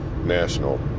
national